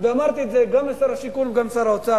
ואמרתי את זה גם לשר השיכון וגם לשר האוצר,